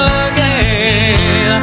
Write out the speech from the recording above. again